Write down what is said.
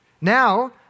Now